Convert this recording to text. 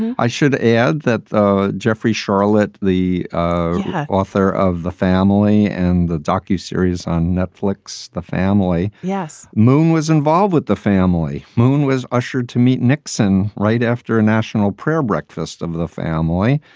i should add that jeffrey sharlet, the author of the family and the docu series on netflix. the family, yes. moon was involved with the family. moon was ushered to meet nixon right after a national prayer breakfast of the family.